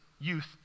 youth